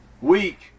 weak